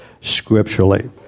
scripturally